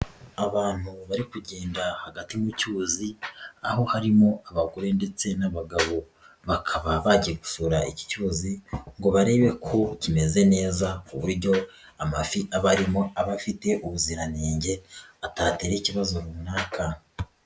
Abantu bari kugenda hagati mu cyuyuzi aho harimo abagore ndetse n'abagabo, bakaba bagiye gusura iki kibazozi ngo barebe ko kimeze neza ku buryo amafi aba arimo abafite ubuziranenge atatera ikibazo runaka.